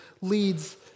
leads